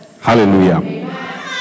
Hallelujah